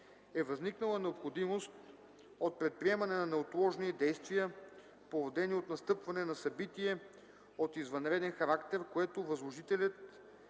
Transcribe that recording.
е възникнала необходимост от предприемане на неотложни действия, породени от настъпване на събитие от извънреден характер, което възложителят